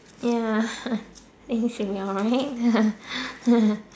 ya it should be alright